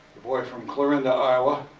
the boy from clarinda, iowa.